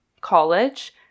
college